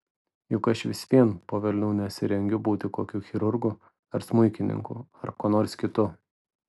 juk aš vis vien po velnių nesirengiu būti kokiu chirurgu ar smuikininku ar kuo nors kitu